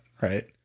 right